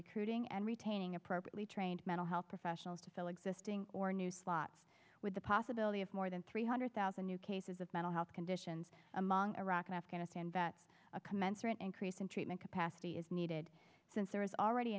recruiting and retaining appropriately trained mental health professionals to fill existing or new slots with the possibility of more than three hundred thousand new cases of mental health conditions among iraq and afghanistan that a commensurate increase in treatment capacity is needed since there is already